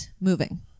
moving